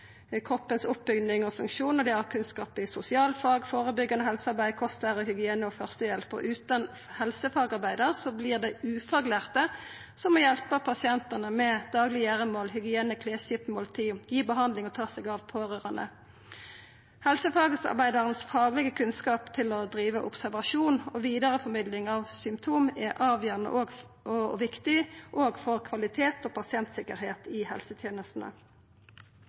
kroppens oppbygging og funksjon, og dei har kunnskap i sosialfag, førebyggjande helsearbeid, kostlære, hygiene og førstehjelp. Utan helsefagarbeidarar vert det ufaglærte som må hjelpa pasientane med daglege gjeremål – hygiene, klesskifte, måltid, gi behandling og ta seg av pårørande. Helsefagarbeidaren sin faglege kunnskap til å observera og vidareformidla symptom er avgjerande og viktig òg for kvalitet og pasientsikkerheit i helsetenestene.